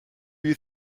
you